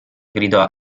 gridò